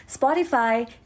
Spotify